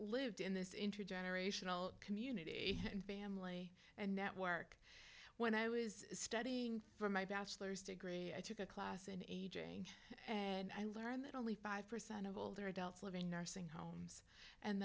lived in this intergenerational community and family and network when i was studying for my bachelor's degree i took a class in age and i learned that only five percent of older adults live in nursing homes and